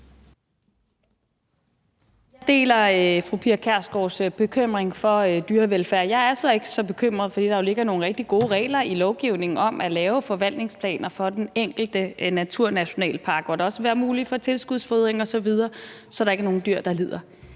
Jeg deler fru Pia Kjærsgaards bekymring for dyrevelfærd. Jeg er så ikke så bekymret, fordi der jo ligger nogle rigtig gode regler i lovgivningen om at lave forvaltningsplaner for den enkelte naturnationalpark, hvor der også vil være mulighed for tilskudsfodring osv., så der ikke er nogen dyr, der lider.